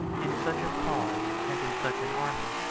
in such a cause, and in such an army,